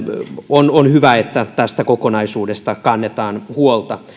on hyvä että tästä kokonaisuudesta kannetaan huolta